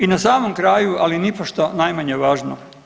I na samom kraju, ali nipošto najmanje važno.